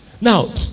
Now